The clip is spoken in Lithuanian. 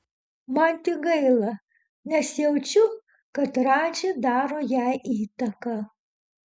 man tik gaila nes jaučiu kad radži daro jai įtaką